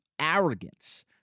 arrogance